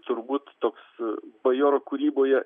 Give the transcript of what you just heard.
turbūt toks bajoro kūryboje